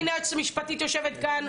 הנה היועצת המשפטית יושבת כאן,